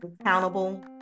accountable